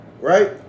right